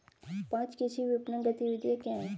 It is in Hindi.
पाँच कृषि विपणन गतिविधियाँ क्या हैं?